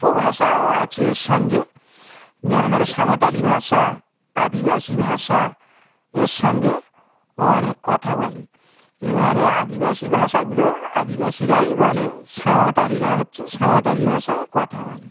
উপভাষাও আছে এর সঙ্গে যেমন ধরো সাঁওতালি ভাষা আদিবাসী ভাষা এর সঙ্গে অনেক কথা বলে এবারে আদিবাসী ভাষাগুলো আদিবাসীরাই বলে সাঁওতালিরা হচ্ছে সাঁওতালি ভাষায় কথা বলে